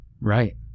right